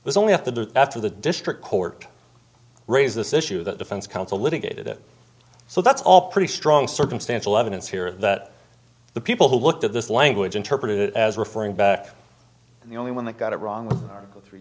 was only after the after the district court raise this issue the defense counsel litigated it so that's all pretty strong circumstantial evidence here that the people who looked at this language interpreted it as referring back and the only one that got it wrong article three